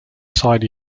side